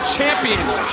Champions